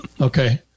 Okay